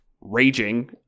raging